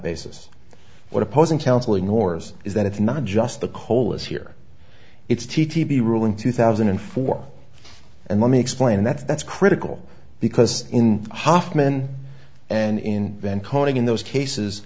basis what opposing counsel ignores is that it's not just the colas here it's t t p rule in two thousand and four and let me explain that that's critical because in hofmann and in then calling in those cases